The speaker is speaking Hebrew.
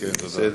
בסדר.